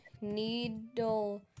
needle